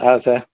ಹಾಂ ಸರ್